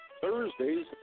Thursdays